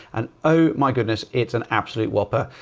and, oh my goodness. it's an absolute whopper.